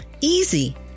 easy